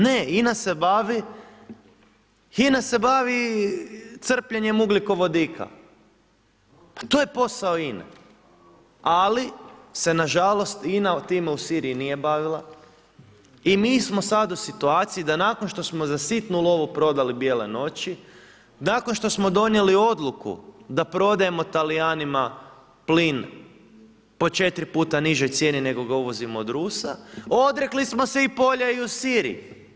Ne, INA se bavi crpljenjem ugljikovodika, pa to je posao INA-e, ali se nažalost INA time u Siriji nije bavila i mi smo sada u situaciji da smo nakon što smo za sitnu lovu prodali Bijele noći, nakon što smo donijeli odluku da prodajemo Talijanima plin po četiri puta nižoj cijeni nego ga uvozimo od Rusa, odrekli smo se polja i u Siriji.